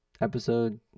Episode